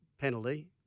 penalty